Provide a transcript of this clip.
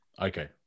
Okay